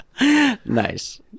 nice